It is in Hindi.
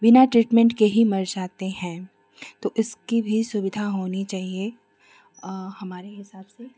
बिना ट्रीटमेंट के ही मर जाते हैं तो इसकी भी सुविधा होनी चाहिए हमारे हिसाब से